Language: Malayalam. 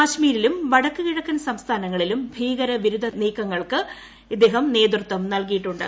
കശ്മീരിലും വടക്കു കിഴക്കൻ സംസ്ഥാനങ്ങളിലും ഭീകര വിരുദ്ധ നീക്കങ്ങൾക്ക് നേതൃത്വം നൽകിയിട്ടുണ്ട്